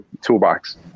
toolbox